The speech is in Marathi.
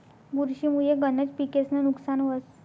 बुरशी मुये गनज पिकेस्नं नुकसान व्हस